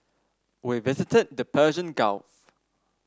we visited the Persian Gulf